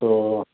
تو